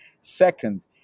Second